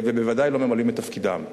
ובוודאי לא ממלאות את תפקידן.